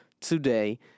today